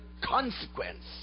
consequence